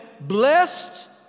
Blessed